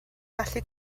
gallu